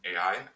AI